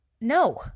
No